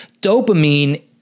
dopamine